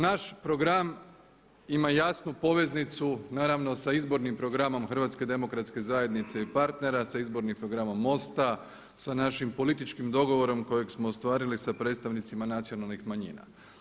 Naš program ima jasnu poveznicu naravno sa izbornim programom HDZ-a i partnera, sa izbornim programom MOST-a, sa našim političkim dogovorom kojeg smo ostvarili sa predstavnicima nacionalnih manjina.